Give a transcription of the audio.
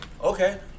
Okay